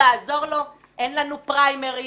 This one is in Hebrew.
אין לנו פריימריז,